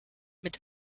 mit